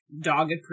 dogged